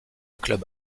club